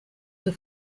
the